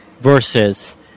versus